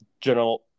general